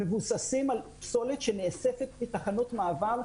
מבוססים על פסולת שנאספת מתחנות מעבר,